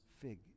fig